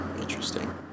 Interesting